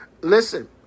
Listen